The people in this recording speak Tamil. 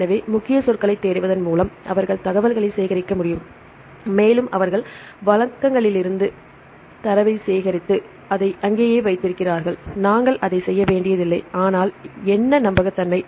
எனவே முக்கிய சொற்களைத் தேடுவதன் மூலம் அவர்கள் தகவல்களைச் சேகரிக்க முடியும் மேலும் அவர்கள் வளங்களிலிருந்து தரவைச் சேகரித்து அதை அங்கேயே வைத்திருக்கிறார்கள் நாங்கள் அதைச் செய்ய வேண்டியதில்லை ஆனால் என்ன நம்பகத்தன்மை